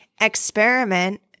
experiment